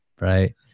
right